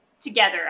together